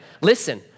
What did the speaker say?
listen